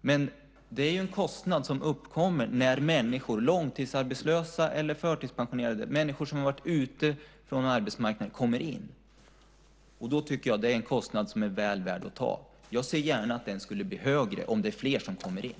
Men det är en kostnad som uppkommer när människor - långtidsarbetslösa eller förtidspensionerade - som har varit utanför arbetsmarknaden kommer in. Jag tycker att det är en kostnad som är väl värd att ta. Jag ser gärna att den blir högre om det är fler som kommer in.